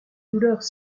douleurs